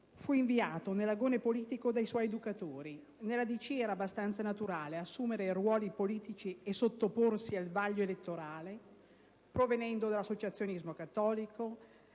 fu «inviato» nell'agone politico dai suoi educatori. Nella DC era abbastanza naturale assumere ruoli politici e sottoporsi al vaglio elettorale provenendo dall'associazionismo cattolico,